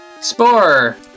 Spore